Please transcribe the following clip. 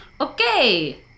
Okay